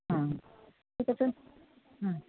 হুম ঠিক আছে হুম